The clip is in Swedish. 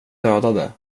dödade